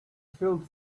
filled